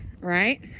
Right